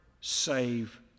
save